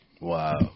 Wow